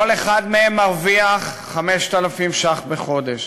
כל אחד מהם מרוויח 5,000 ש"ח בחודש.